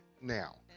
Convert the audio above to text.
now